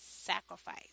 sacrifice